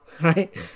right